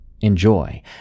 Enjoy